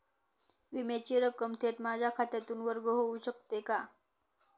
विम्याची रक्कम थेट माझ्या खात्यातून वर्ग होऊ शकते का?